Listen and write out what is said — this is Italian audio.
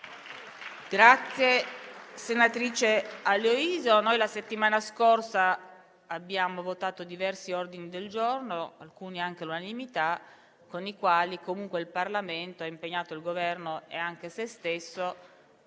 Grazie, senatrice Aloisio. Ricordo che la settimana scorsa abbiamo votato diversi ordini del giorno, alcuni anche all'unanimità, con i quali il Parlamento ha impegnato il Governo e anche sé stesso